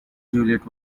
juliet